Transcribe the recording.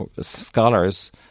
scholars